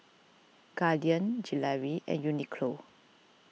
Guardian Gelare and Uniqlo